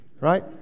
right